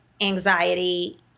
anxiety